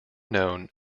known